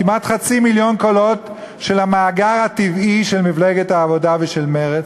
כמעט חצי מיליון קולות של המאגר הטבעי של מפלגת העבודה ושל מרצ?